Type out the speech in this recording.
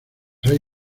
hay